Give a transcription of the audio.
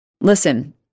Listen